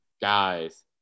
guys